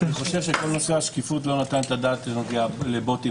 אני חושב שכל נושא השקיפות לא נתן את הדעת בנוגע לבוטים.